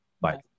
bye